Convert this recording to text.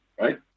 right